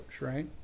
right